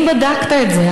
האם בדקת את זה?